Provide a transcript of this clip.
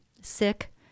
sick